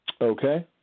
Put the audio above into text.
Okay